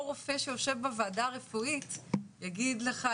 רופא שיושב בוועדה הרפואית יגיד לך,